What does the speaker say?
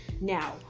Now